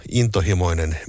intohimoinen